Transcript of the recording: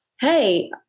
hey